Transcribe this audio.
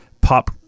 pop